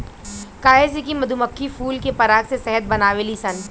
काहे से कि मधुमक्खी फूल के पराग से शहद बनावेली सन